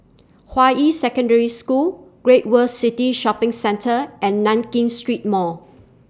Hua Yi Secondary School Great World City Shopping Centre and Nankin Street Mall